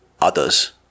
others